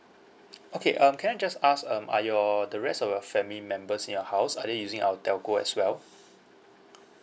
okay um can I just ask um are your the rest of your family members in your house are they using our telco as well